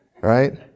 Right